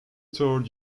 toured